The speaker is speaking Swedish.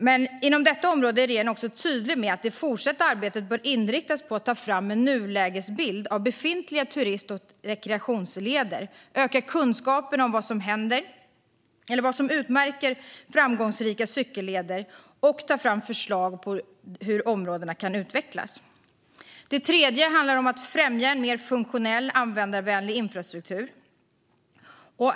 Men inom detta område är regeringen också tydlig med att det fortsatta arbetet bör inriktas på att ta fram en nulägesbild av befintliga turist och rekreationsleder, på att öka kunskapen om vad som utmärker framgångsrika cykelleder och på att ta fram förslag på hur området kan utvecklas. Det tredje området handlar om att främja en mer funktionell och användarvänlig infrastruktur.